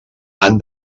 han